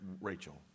Rachel